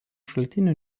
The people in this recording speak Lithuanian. šaltinių